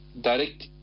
direct